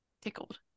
tickled